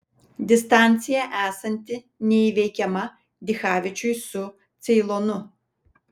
distancija esanti neįveikiama dichavičiui su ceilonu